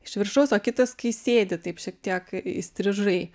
iš viršaus o kitas kai sėdi taip šiek tiek įstrižai